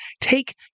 take